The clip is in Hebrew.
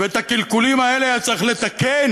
את הקלקולים האלה היה צריך לתקן,